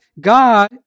God